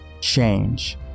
change